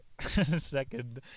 second